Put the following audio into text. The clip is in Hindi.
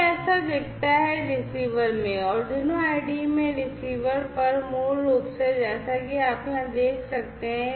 यह ऐसा दिखता है रिसीवर में Arduino IDE में रिसीवर पर मूल रूप से जैसा कि आप यहां देख सकते हैं